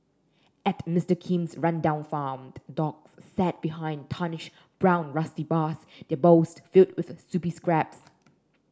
at Mister Kim's rundown farm dogs sat behind tarnished brown rusty bars their bowls filled with soupy scraps